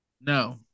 No